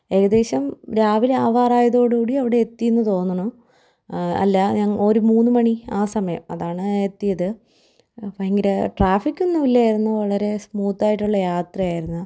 ഏകദേശം രാവിലെ ആവാറായതോടുകൂടി അവിടെ എത്തിയെന്ന് തോന്നുണു അല്ല ഒരു മൂന്ന്മണി ആ സമയം അതാണ് എത്തിയത് ഭയങ്കര ട്രാഫിക്കൊന്നും ഇല്ലായിരുന്നു വളരെ സ്മൂത്തായിട്ടുള്ള യാത്ര ആയിരുന്നു